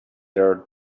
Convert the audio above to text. her